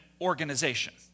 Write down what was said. organization